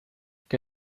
qué